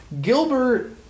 Gilbert